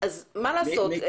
מה לעשות,